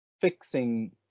fixing